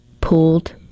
pulled